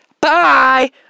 bye